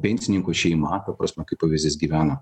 pensininkų šeima ta prasme kaip pavyzdys gyvena